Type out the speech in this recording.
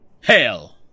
Hail